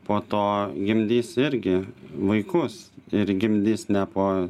po to gimdys irgi vaikus ir gimdys ne po